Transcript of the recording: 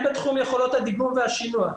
הן בתחום יכולות הדיגום והשינוע,